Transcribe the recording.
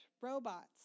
robots